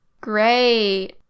Great